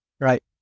right